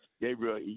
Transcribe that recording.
Gabriel